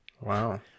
Wow